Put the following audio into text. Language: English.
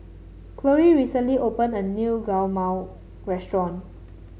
Chloie recently opened a new Guacamole restaurant